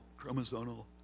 chromosomal